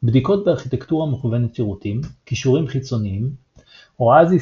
בדיקות בארכיטקטורה מכוונת שירותים קישורים חיצוניים OASIS